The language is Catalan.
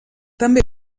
també